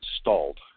stalled